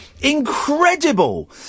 Incredible